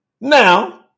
Now